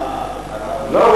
לא,